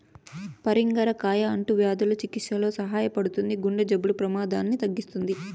పరింగర కాయ అంటువ్యాధుల చికిత్సలో సహాయపడుతుంది, గుండె జబ్బుల ప్రమాదాన్ని తగ్గిస్తుంది